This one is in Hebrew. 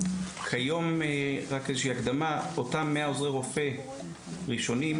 כיום אותם 100 עוזרי רופא ראשונים,